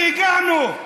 שיקשיב.